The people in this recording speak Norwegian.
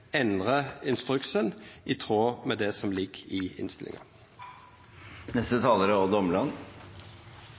instruksen i tråd med det som ligg i